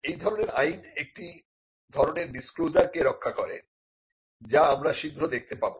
এই ধরনের আইন একটি ধরনের ডিসক্লোজার কে রক্ষা করে যা আমরা শীঘ্রই দেখতে পাব